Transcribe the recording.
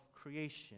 creation